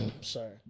Sorry